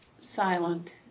silent